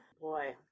boy